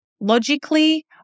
logically